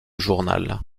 journal